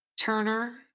Turner